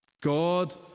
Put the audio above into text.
God